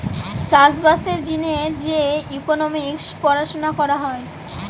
চাষ বাসের জিনে যে ইকোনোমিক্স পড়াশুনা করা হয়